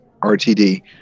RTD